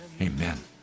Amen